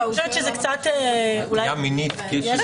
כתוב שם